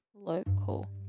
Local